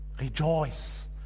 rejoice